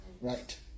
Right